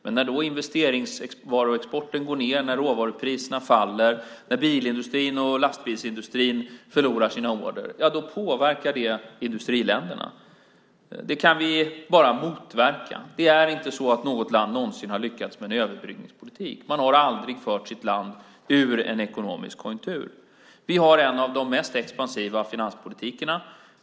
Men när investeringsvaruexporten går ned, när råvarupriserna faller och bilindustrin och lastbilsindustrin förlorar sina order påverkar det industriländerna. Det kan vi bara motverka. Inget land har någonsin lyckats med en överbryggningspolitik. Man har aldrig fört sitt land ur en ekonomisk konjunktur. Vår finanspolitik är en av de mest expansiva.